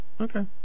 Okay